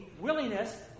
willingness